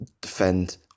defend